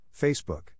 Facebook